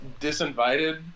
disinvited